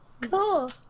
Cool